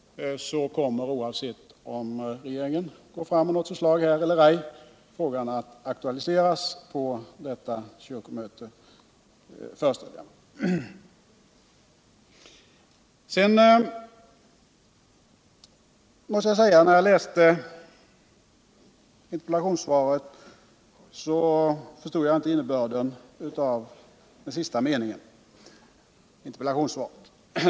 så kommer — oavsett om regeringen framlägger något förslag eller cj — frågan att aktualiseras på detta kyrkomöte. När jag läste interpellationssvaret förstod jag inte innebörden av den sista meningen.